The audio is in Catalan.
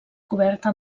coberta